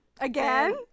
Again